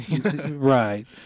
Right